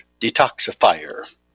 detoxifier